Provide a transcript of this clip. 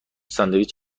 ساندویچ